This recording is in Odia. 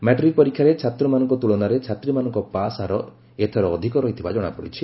ମାଟ୍ରିକ୍ ପରୀକ୍ଷାରେ ଛାତ୍ରମାନଙ୍କ ତୁଳନାରେ ଛାତ୍ରୀମାନଙ୍କ ପାସ୍ ହାର ଅଧିକ ରହିଥିବା ଜଣାପଡ଼ିଛି